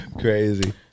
Crazy